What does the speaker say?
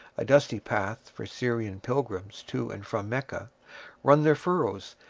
a dusty path for syrian pilgrims to and from mecca run their furrows,